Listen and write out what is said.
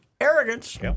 arrogance